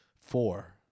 four